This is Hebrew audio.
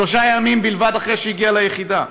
שלושה ימים בלבד אחרי שהיא הגיעה ליחידה,